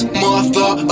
mother